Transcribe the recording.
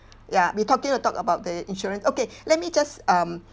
ya we continue to talk about the insurance okay let me just um